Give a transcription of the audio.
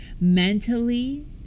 mentally